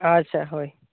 ᱟᱪᱪᱷᱟ ᱦᱳᱭ